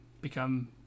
become